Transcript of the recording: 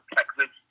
Texas